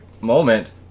moment